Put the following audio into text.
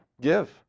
give